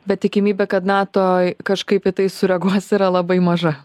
bet tikimybė kad nato kažkaip į tai sureaguos yra labai maža